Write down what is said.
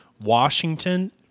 Washington